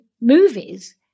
movies